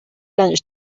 lunch